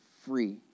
free